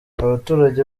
abaturage